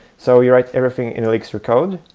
so you write everything in elixir code.